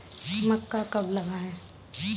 मक्का कब लगाएँ?